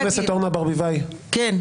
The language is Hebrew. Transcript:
חברה כנסת אורנה ברביבאי, תודה.